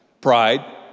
Pride